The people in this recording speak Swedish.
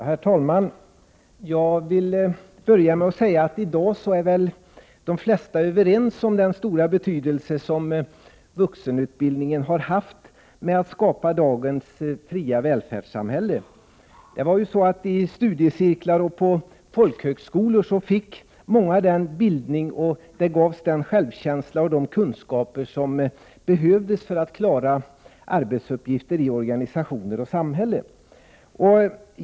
Herr talman! Jag vill börja med att säga att de flesta i dag väl är överens om den stora betydelse som vuxenutbildningen har haft i arbetet med att skapa dagens fria välfärdssamhälle. I studiecirklar och på folkhögskolor fick många den bildning som gav den självkänsla och de kunskaper som behövdes för att klara arbetsuppgifter i organisationer och i samhället.